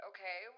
Okay